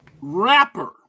rapper